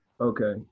Okay